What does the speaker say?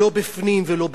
לא בפנים ולא בחוץ,